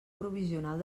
provisional